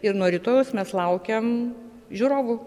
ir nuo rytojaus mes laukiam žiūrovų